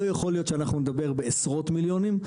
לא יכול להיות שאנחנו נדבר בעשרות מיליונים,